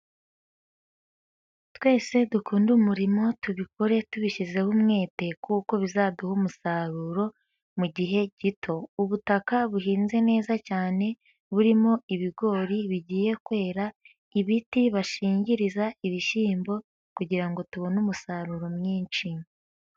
Twese dukunde umurimo tubikore tubishyizeho umwete, kuko bizaduha umusaruro mu gihe gito. Ubutaka buhinze neza cyane, burimo ibigori bigiye kwera, ibiti bashingiriza ibishyimbo kugira ngo tubone umusaruro mwinshi.